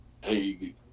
hey